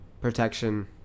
protection